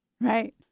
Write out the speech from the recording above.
Right